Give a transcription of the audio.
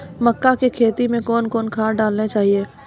मक्का के खेती मे कौन कौन खाद डालने चाहिए?